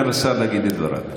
תאפשרו לסגן השר להגיד את דבריו.